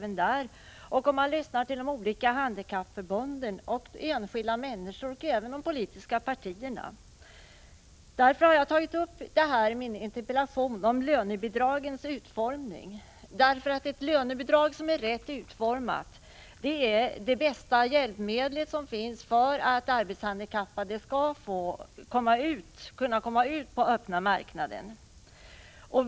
De framkommer också när man lyssnar till de olika handikappförbunden, enskilda människor och även de politiska partierna. Jag har tagit upp lönebidragens utformning i min interpellation. Ett lönebidrag som är rätt utformat är nämligen det bästa hjälpmedel som finns för att arbetshandikappade skall kunna komma ut på den öppna marknaden.